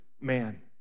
man